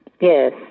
Yes